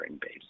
base